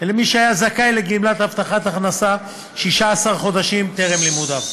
ולמי שהיה זכאי לגמלת הבטחת הכנסה 16 חודשים טרם לימודיו.